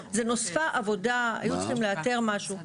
נוספה עבודה, היו צריכים לאתר משהו.